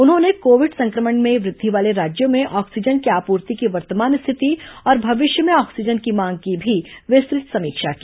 उन्होंने कोविड संक्रमण में वृद्धि वाले राज्यों में ऑक्सीजन की आपूर्ति की वर्तमान स्थिति और भविष्य में ऑक्सीजन की मांग की भी विस्तृत समीक्षा की